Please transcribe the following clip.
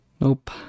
Nope